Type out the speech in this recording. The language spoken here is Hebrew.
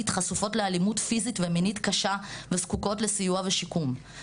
חשופות לאלימות פיזית ומינית קשה וזקוקות לסיוע ושיקום.